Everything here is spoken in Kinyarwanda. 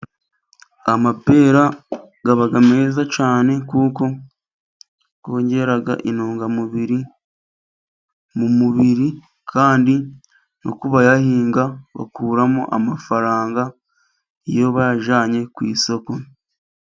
Amapera aba meza cyane, kuko yongera intungamubiri mu mubiri, kandi no ku bayahinga bakuramo amafaranga iyo bayajyanye ku isoko.